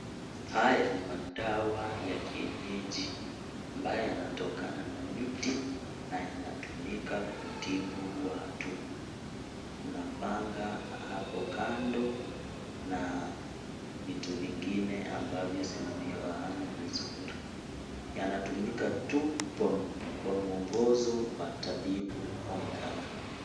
Haya ni madawa ya kienyeji ambayo yanatokana na miti na yanatumika kutibu watu, kuna panga hapo kando na vitu vingine ambavyo sizifahamu vizuri, yanatumika tu kwa mwongozo wa tabibu kwa mkanga.